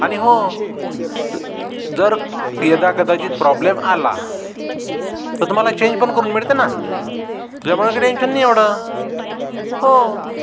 आणि हो जर यदाकदाचित प्रॉब्लेम आला तर तुम्हाला चेंज पण करून मिळते ना त्याच्यामुळे काही टेंशन नाही एवढं हो